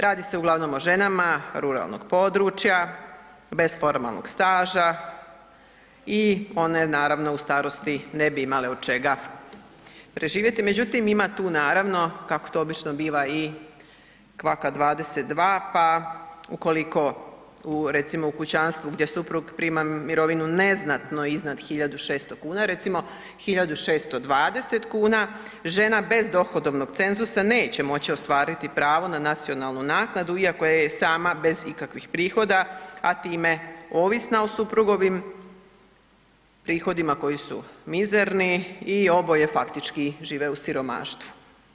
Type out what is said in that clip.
Radi se uglavnom o ženama ruralnog područja bez formalnog staža i one naravno u starosti ne bi imale od čega preživjeti međutim ima tu naravno kako to obično biva i kvaka 22, pa ukoliko u recimo u kućanstvu gdje suprug prima mirovinu neznatno iznad 1.600 kuna recimo 1.620 kuna, žena bez dohodovnog cenzusa neće moći ostvariti pravo na nacionalnu naknadu iako je sama bez ikakvih prihoda, a time ovisna o suprugovim prihodima koji su mizerni i oboje faktički žive u siromaštvu.